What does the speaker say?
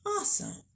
Awesome